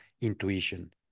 intuition